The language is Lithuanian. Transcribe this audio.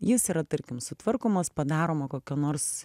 jis yra tarkim sutvarkomas padaroma kokia nors